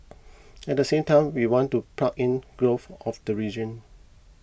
at the same time we want to plug in growth of the region